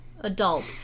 adult